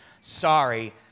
sorry